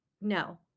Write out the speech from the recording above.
no